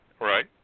Right